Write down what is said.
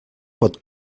pot